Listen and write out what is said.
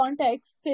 context